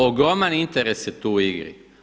Ogroman interes je tu u igri.